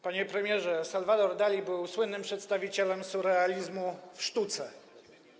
Panie premierze, Salvador Dali był słynnym przedstawicielem surrealizmu w sztuce.